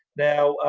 now,